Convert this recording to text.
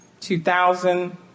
2000